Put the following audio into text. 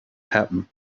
happen